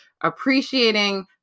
appreciating